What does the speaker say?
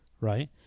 right